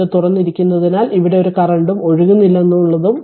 ഇത് തുറന്നിരിക്കുന്നതിനാൽ ഇവിടെ ഒരു കറന്റും ഒഴുകുന്നില്ലെന്നും